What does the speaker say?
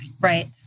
right